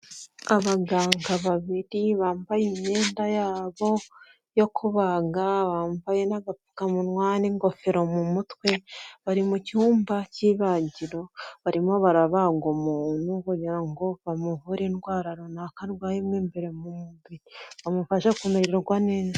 Abaganga babiri bambaye imyenda yabo yo kubaga, bambaye nagapfukamunwa n'ingofero mu mutwe, bari mu cyumba cy'ibagiro barimo barabangwa umuntu bagira ngo bamuvure indwara runaka arwaye imwe mbere mu mubiri bamufashe kumererwa neza.